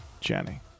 Jenny